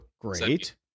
Great